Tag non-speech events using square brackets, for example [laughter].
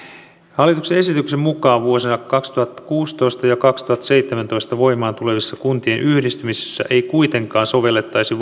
hallituksen esityksen mukaan vuosina kaksituhattakuusitoista ja kaksituhattaseitsemäntoista voimaan tulevissa kuntien yhdistymisissä ei kuitenkaan sovellettaisi [unintelligible]